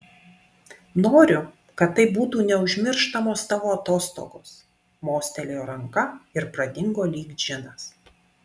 noriu kad tai būtų neužmirštamos tavo atostogos mostelėjo ranka ir pradingo lyg džinas